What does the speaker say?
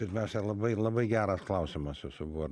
pirmiausia labai labai geras klausimas jūsų buvo